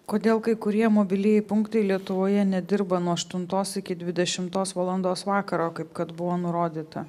kodėl kai kurie mobilieji punktai lietuvoje nedirba nuo aštuntos iki dvidešimtos valandos vakaro kaip kad buvo nurodyta